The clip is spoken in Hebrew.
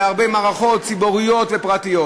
בהרבה מערכות ציבוריות ופרטיות.